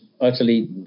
utterly